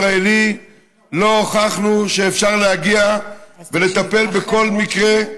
ישראלי ולא הוכחנו שאפשר להגיע ולטפל בכל מקרה,